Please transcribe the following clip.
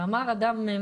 אחד הנוכחים אמר דבר חכם: